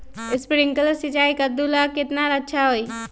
Sprinkler सिंचाई कददु ला केतना अच्छा होई?